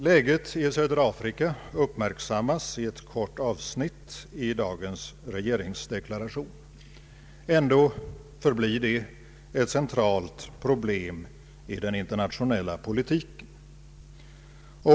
Läget i södra Afrika uppmärksammas i ett kort avsnitt i dagens regeringsdeklaration. Ändå förblir det ett centralt problem i den internationella politiken.